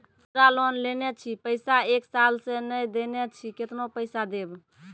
मुद्रा लोन लेने छी पैसा एक साल से ने देने छी केतना पैसा देब?